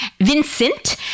Vincent